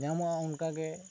ᱧᱟᱢᱚᱜᱼᱟ ᱚᱱᱠᱟ ᱜᱮ